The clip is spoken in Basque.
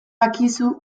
akizu